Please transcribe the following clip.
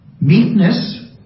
meekness